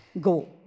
go